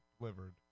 delivered